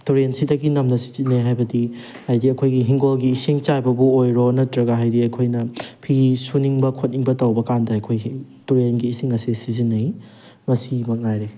ꯇꯨꯔꯦꯜꯁꯤꯗꯒꯤ ꯅꯝꯅ ꯁꯤꯖꯤꯟꯅꯩ ꯍꯥꯏꯕꯗꯤ ꯍꯥꯏꯗꯤ ꯑꯩꯈꯣꯏꯒꯤ ꯏꯪꯈꯣꯜꯒꯤ ꯏꯁꯤꯡ ꯆꯥꯏꯕꯕꯨ ꯑꯣꯏꯔꯣ ꯅꯠꯇ꯭ꯔꯒ ꯍꯥꯏꯗꯤ ꯑꯩꯈꯣꯏꯅ ꯐꯤ ꯁꯨꯅꯤꯡꯕ ꯈꯣꯠꯅꯤꯡꯕ ꯇꯧꯕ ꯀꯥꯟꯗ ꯑꯩꯈꯣꯏꯒꯤ ꯇꯨꯔꯦꯜꯒꯤ ꯏꯁꯤꯡ ꯑꯁꯤ ꯁꯤꯖꯤꯟꯅꯩ ꯃꯁꯤ ꯃꯉꯥꯏꯔꯦ